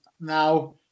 now